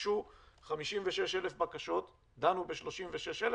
הוגשו 56,000 בקשות, דנו ב-36,000,